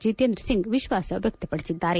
ಜಿತೇಂದ್ರಸಿಂಗ್ ವಿಶ್ವಾಸ ವ್ವಕ್ತಪಡಿಸಿದ್ದಾರೆ